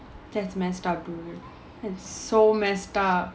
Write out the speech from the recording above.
that's messed up that is so messed up